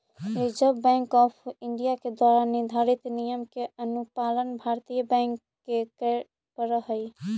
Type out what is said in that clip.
reserve bank of India के द्वारा निर्धारित नियम के अनुपालन भारतीय बैंक के करे पड़ऽ हइ